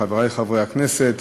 חברי חברי הכנסת,